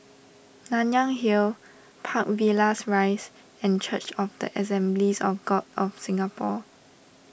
Nanyang Hill Park Villas Rise and Church of the Assemblies of God of Singapore